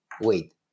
wait